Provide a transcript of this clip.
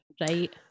right